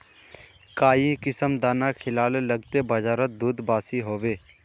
काई किसम दाना खिलाले लगते बजारोत दूध बासी होवे?